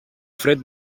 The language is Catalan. fred